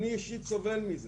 אני אישית סובל מזה.